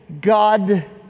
God